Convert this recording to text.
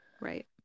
Right